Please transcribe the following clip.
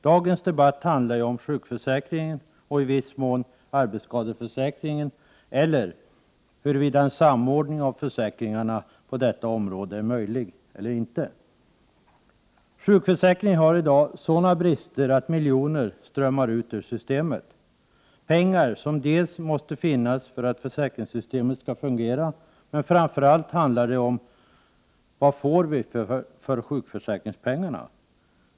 Dagens debatt handlar om sjukförsäkringen och i viss mån arbetsskadeförsäkringen, eller om huruvida en samordning av försäkringarna på dessa områden är möjlig eller inte. Sjukförsäkringen har i dag sådana brister att miljoner strömmar ut ur systemet. Det är pengar som måste finnas för att försäkringssystemet skall fungera. Men framför allt handlar det om vad vi får för sjukförsäkringspengarna.